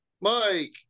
Mike